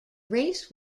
race